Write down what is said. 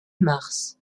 mars